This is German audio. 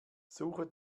suche